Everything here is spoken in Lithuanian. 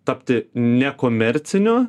tapti nekomerciniu